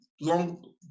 long